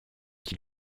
qui